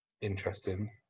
interesting